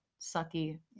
sucky